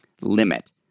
limit